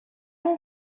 will